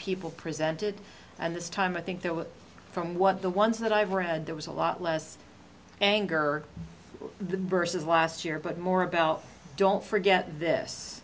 people presented and this time i think there were from what the ones that i've read there was a lot less anger versus last year but more about don't forget this